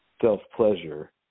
self-pleasure